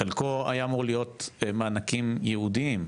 חלקו היה אמור להיות מענקים ייעודיים,